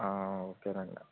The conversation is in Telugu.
ఓకే అండి